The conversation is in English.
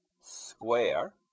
square